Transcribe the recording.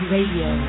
Radio